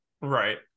Right